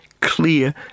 clear